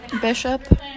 Bishop